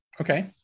Okay